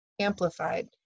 amplified